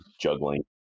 juggling